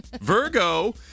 Virgo